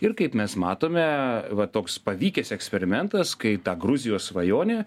ir kaip mes matome va toks pavykęs eksperimentas kai ta gruzijos svajonė